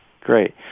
great